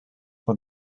for